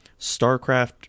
StarCraft